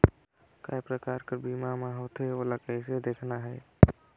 काय प्रकार कर बीमा मा होथे? ओला कइसे देखना है?